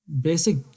basic